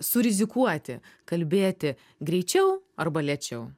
surizikuoti kalbėti greičiau arba lėčiau